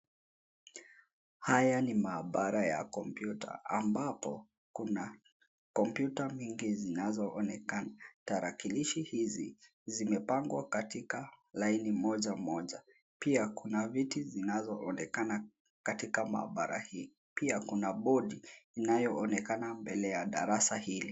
Haya ni maabara ya kompyuta ambapo kuna kompyuta mingi zinazoonekana. Tarakililshi hizi zimepangwa katika laini moja, moja. Pia kuna viti zinazoonekana katika maabara hii. Pia kuna bodi iliyonekana mbele ya darasa hili.